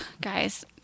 guys